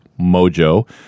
mojo